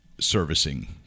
servicing